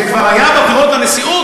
זה כבר היה בבחירות לנשיאות,